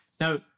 Now